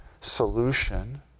solution